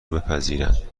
بپذیرند